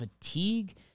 fatigue